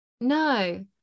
No